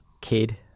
kid